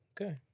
Okay